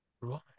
Right